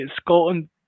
Scotland